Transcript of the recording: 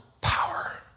power